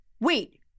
wait